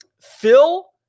Phil